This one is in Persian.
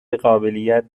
قابلیت